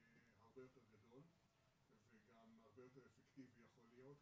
הרבה יותר גדול וגם הרבה יותר אפקטיבי יכול להיות,